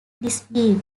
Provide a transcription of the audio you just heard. disbelief